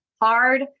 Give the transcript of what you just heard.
hard